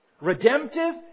Redemptive